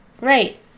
right